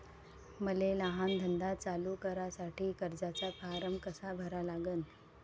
मले लहान धंदा चालू करासाठी कर्जाचा फारम कसा भरा लागन?